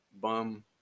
bum